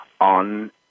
on